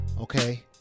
Okay